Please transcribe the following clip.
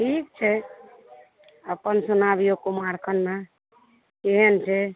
ठीक छै अपन सुनाबियौ कुमारखण्डमे केहन छै